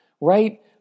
right